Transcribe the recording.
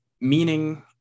meaning